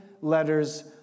letters